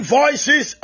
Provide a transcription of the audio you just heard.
voices